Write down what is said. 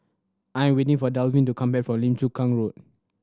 I am waiting for Dalvin to come back from Lim Chu Kang Road